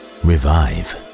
Revive